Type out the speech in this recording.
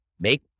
make